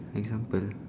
example